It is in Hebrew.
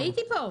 הייתי פה.